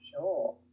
Sure